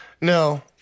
No